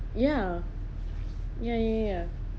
ya ya ya ya